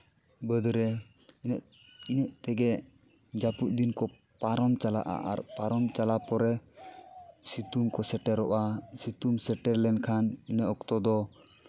ᱵᱟᱹᱫᱽ ᱨᱮ ᱤᱱᱟᱹᱜ ᱛᱮᱜᱮ ᱡᱟᱹᱯᱩᱫ ᱫᱤᱱ ᱠᱚ ᱯᱟᱨᱚᱢ ᱪᱟᱞᱟᱜᱼᱟ ᱟᱨ ᱯᱟᱨᱚᱢ ᱪᱟᱞᱟᱣ ᱯᱚᱨᱮ ᱥᱤᱛᱩᱝ ᱠᱚ ᱥᱮᱴᱮᱨᱚᱜᱼᱟ ᱥᱤᱛᱩᱝ ᱥᱮᱴᱮᱨ ᱞᱮᱱᱠᱷᱟᱱ ᱤᱱᱟᱹ ᱚᱠᱛᱚ ᱫᱚ